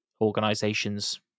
organizations